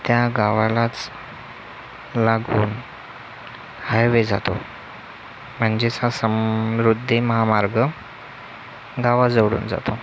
त्या गावालाच लागून हायवे जातो म्हणजेच हा समृद्धी महामार्ग गावाजवळून जातो